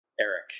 Eric